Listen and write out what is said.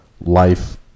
life